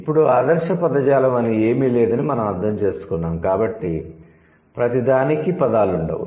ఇప్పుడు ఆదర్శ పదజాలం అని ఏమీ లేదని మనం అర్థం చేసుకున్నాము కాబట్టి ప్రతిదానికీ పదాలు ఉండవు